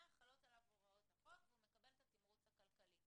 חלות עליו הוראות החוק והוא מקבל את התימרוץ הכלכלי.